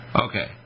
Okay